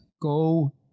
go